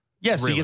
Yes